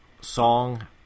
song